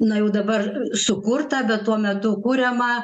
na jau dabar sukurtą bet tuo metu kuriamą